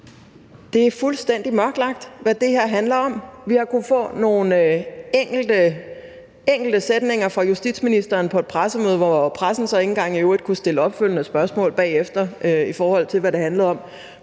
det er fuldstændig mørkelagt, hvad det her handler om. Vi har kunnet få nogle enkelte sætninger fra justitsministeren på et pressemøde, hvor pressen så i øvrigt ikke engang kunne stille opfølgende spørgsmål bagefter, i forhold til hvad det handlede om,